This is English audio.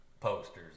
posters